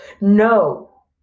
no